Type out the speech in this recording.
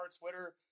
twitter